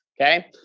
okay